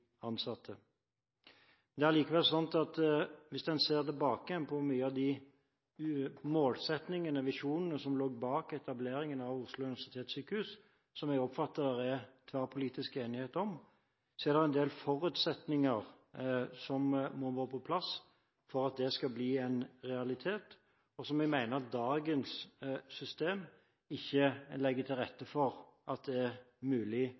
ansatte. Hvis man ser tilbake på mange av målsetningene og visjonene som lå bak etableringen av OUS, som jeg oppfatter at det er tverrpolitisk enighet om, er det likevel en del forutsetninger som må være på plass for at de skal bli en realitet, og som jeg mener at dagens system ikke legger til rette for å etablere. Man ser bl.a. at